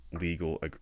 legal